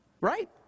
Right